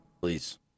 please